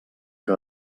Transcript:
que